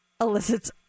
elicits